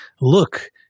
look